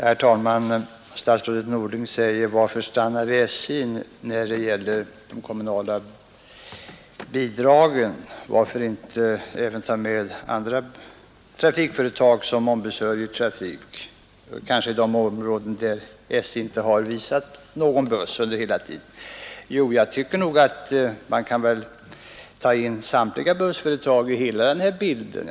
Herr talman! Statsrådet Norling frågar: Varför stanna vid SJ när det gäller de kommunala bidragen, varför inte även ta med andra företag som ombesörjer trafik — kanske i de områden där SJ inte har visat någon buss under hela tiden? Ja, man kan väl ta in samtliga bussföretag i den här bilden.